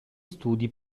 studi